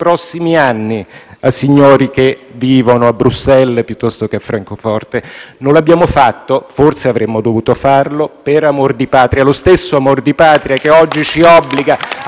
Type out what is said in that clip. prossimi anni a signori che vivono a Bruxelles, piuttosto che a Francoforte. Non lo abbiamo fatto - forse avremmo dovuto farlo - per amor di Patria, lo stesso amor di Patria che oggi ci obbliga a